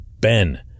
Ben